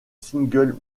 single